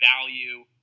value